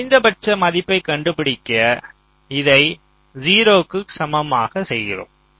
குறைந்தபட்ச மதிப்பை கண்டுபிடிக்க இதை 0 க்கு சமமாக செய்கிறோம்